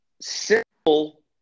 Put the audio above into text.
Simple